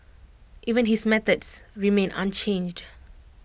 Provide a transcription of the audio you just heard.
even his methods remain unchanged